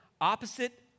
opposite